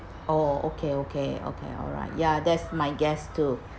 orh okay okay okay alright ya that's my guess too